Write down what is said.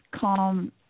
calm